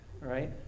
right